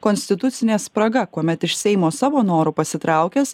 konstitucinė spraga kuomet iš seimo savo noru pasitraukęs